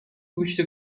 گوشت